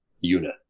unit